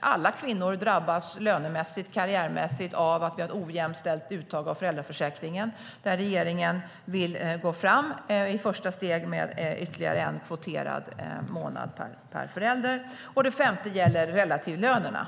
Alla kvinnor drabbas lönemässigt och karriärmässigt av att vi har ett ojämställt uttag av föräldraförsäkringen. Regeringen vill gå fram i ett första steg med ytterligare en kvoterad månad per förälder. Den femte frågan gäller relativlönerna.